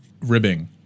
ribbing